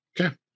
okay